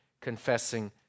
confessing